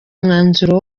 umwanzuro